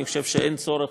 אני חושב שאין צורך,